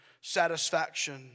satisfaction